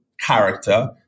character